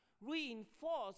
reinforce